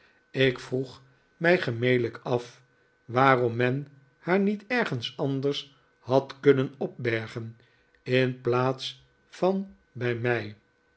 ik vroeg mij gemelijk af waarom men haar niet ergens anders had kunneri opbergeri in plaats van bij mij